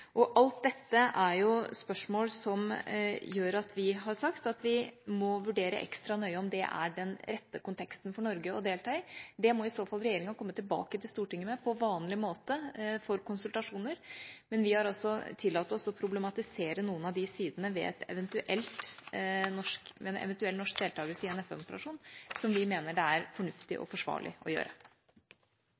Alt dette er spørsmål som gjør at vi har sagt at vi må vurdere ekstra nøye om det er den rette konteksten for Norge å delta i. Det må i så fall regjeringa komme tilbake til Stortinget med på vanlig måte for konsultasjoner, men vi har altså tillatt oss å problematisere noen av de sidene ved en eventuell norsk deltakelse i en FN-operasjon, som vi mener det er fornuftig og forsvarlig å gjøre.